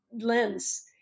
lens